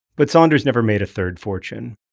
but saunders never made a third fortune.